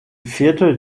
viertel